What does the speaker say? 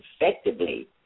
effectively